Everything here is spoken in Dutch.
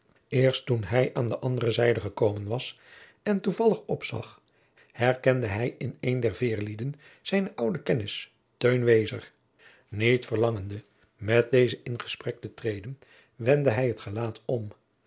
eerst toen hij aan de andere zijde gekomen was en toevallig opzag herkende hij in een der veerlieden zijne oude kennis teun wezer niet verlangende met dezen in gesprek te treden wendde hij het gelaat om